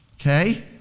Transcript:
okay